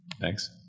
Thanks